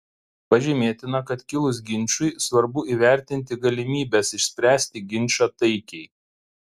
pažymėtina kad kilus ginčui svarbu įvertinti galimybes išspręsti ginčą taikiai